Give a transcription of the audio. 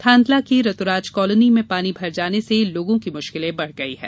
थांदला की ऋतुराज कॉलोनी में पानी भर जाने से लोगों की मुश्किलें बढ़ गई हैं